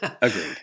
Agreed